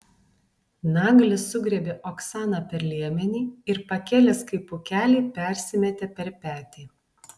naglis sugriebė oksaną per liemenį ir pakėlęs kaip pūkelį persimetė per petį